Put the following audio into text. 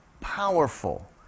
powerful